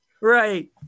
Right